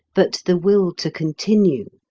but the will to continue